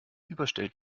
überstellt